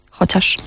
Chociaż